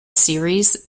series